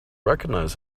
recognize